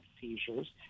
seizures